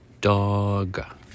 dog